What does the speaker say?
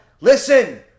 listen